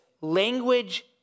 language